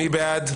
מי בעד?